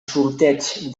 sorteig